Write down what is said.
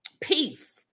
peace